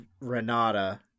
Renata